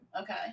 Okay